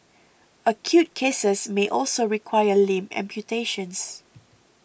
acute cases may also require limb amputations